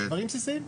דברים בסיסיים.